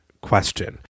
question